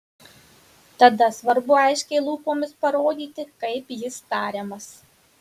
tada svarbu aiškiai lūpomis parodyti kaip jis tariamas